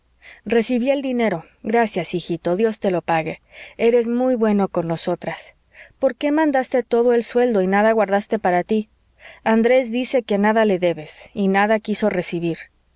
recibí el dinero gracias hijito dios te lo pague eres muy bueno con nosotras por qué mandaste todo el sueldo y nada guardaste para tí andrés dice que nada le debes y nada quiso recibir